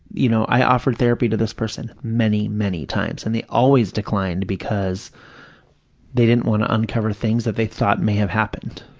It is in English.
you know, i offered therapy to this person many, many times, and they always declined because they didn't want to uncover things that they thought may have happened.